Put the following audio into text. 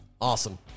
Awesome